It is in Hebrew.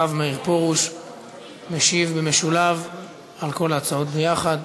הרב, ישיב על כל ההצעות ביחד.